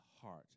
heart